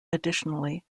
additionally